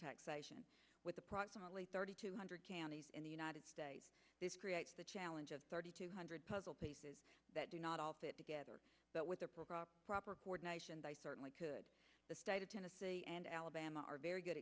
taxation with approximately thirty two hundred in the united states this creates the challenge of thirty two hundred puzzle pieces that do not all fit together but with a proper coordination by certainly could the state of tennessee and alabama are very good